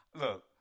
Look